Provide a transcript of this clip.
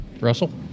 Russell